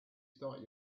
start